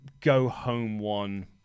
go-home-one